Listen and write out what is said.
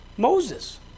Moses